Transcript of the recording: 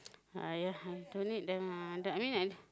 !aiya! I don't need them lah I mean I